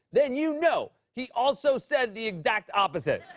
then you know he also said the exact opposite.